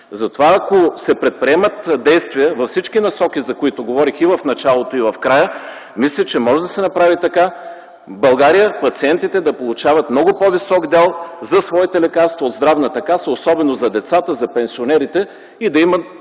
лекарства. Ако се предприемат действия във всички посоки, за които говорих и в началото, и в края, мисля, че може да се направи така, че в България пациентите да получават много по-висок дял за своите лекарства от Здравната каса, особено децата и пенсионерите, и да има